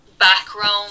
background